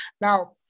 Now